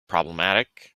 problematic